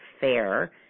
fair